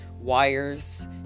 wires